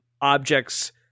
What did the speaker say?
objects